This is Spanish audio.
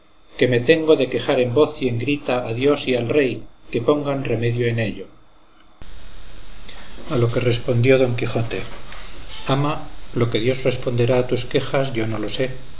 que me tengo de quejar en voz y en grita a dios y al rey que pongan remedio en ello a lo que respondió don quijote ama lo que dios responderá a tus quejas yo no lo sé